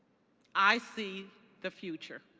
i see the future.